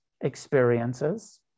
experiences